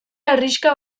herrixka